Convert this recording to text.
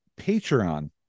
Patreon